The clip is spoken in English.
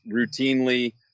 routinely